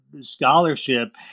scholarship